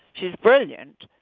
she's brilliant.